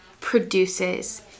produces